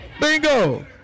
Bingo